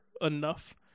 enough